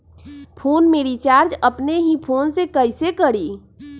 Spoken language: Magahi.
फ़ोन में रिचार्ज अपने ही फ़ोन से कईसे करी?